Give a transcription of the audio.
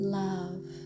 love